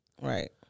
Right